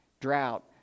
drought